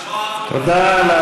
תודה.